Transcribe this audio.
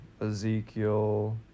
Ezekiel